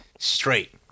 straight